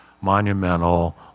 monumental